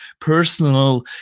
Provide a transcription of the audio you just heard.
personal